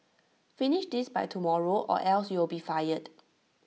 finish this by tomorrow or else you'll be fired